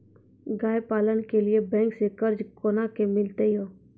गाय पालन के लिए बैंक से कर्ज कोना के मिलते यो?